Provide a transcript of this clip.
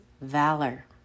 valor